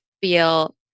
feel